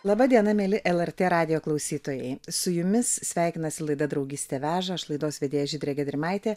laba diena mieli lrt radijo klausytojai su jumis sveikinasi laida draugystė veža aš laidos vedėja žydrė gedrimaitė